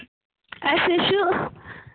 اَسہِ حظ چھُ